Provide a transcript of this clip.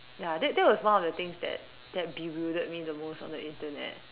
ya that that was one of the things that that bewildered me the most on the Internet